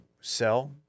sell